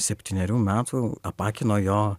septynerių metų apakino jo